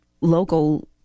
local